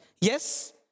Yes